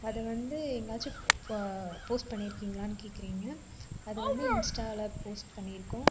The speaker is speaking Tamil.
அது வந்து எங்கேயாச்சும் போ போஸ்ட் பண்ணியிருக்கீங்ளான்னு கேட்குறீங்க அது வந்து இன்ஸ்டால போஸ்ட் பண்ணியிருக்கோம்